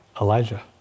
Elijah